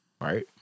right